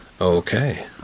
okay